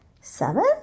Seven